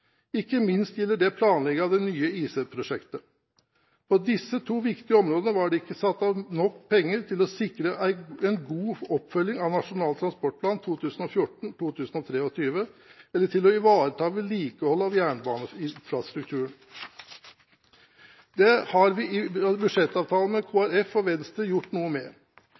Ikke minst gjelder det planlegging av nye IC-prosjekter. På disse to viktige områdene var det ikke satt av nok penger til å sikre en god oppfølging av Nasjonal transportplan 2014–2023 eller til å ivareta vedlikeholdet av jernbaneinfrastrukturen. Det har vi i budsjettavtalen med Kristelig Folkeparti og Venstre gjort noe med.